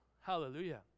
Hallelujah